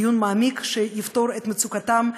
דיון מעמיק שיפתור את מצוקתם,